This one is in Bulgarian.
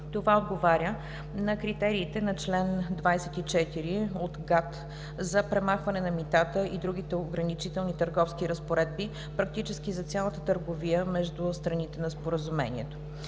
Това отговаря на критериите на чл. 24 от ГАТТ и търговията за премахване на митата и другите ограничителни търговски разпоредби практически за цялата търговия между страните на Споразумението.